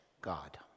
God